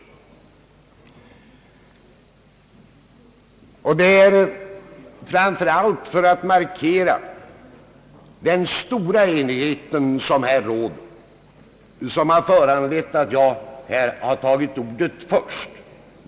Det är framför allt för att markera den stora enighet som råder som jag har tagit ordet först.